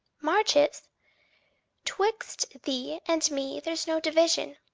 marches twixt thee and me there's no division,